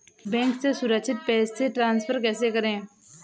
Bank से सुरक्षित पैसे ट्रांसफर कैसे करें?